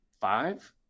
five